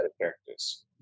characters